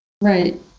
Right